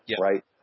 right